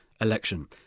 election